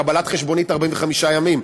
קבלת חשבונית, 45 ימים.